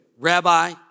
Rabbi